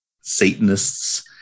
Satanists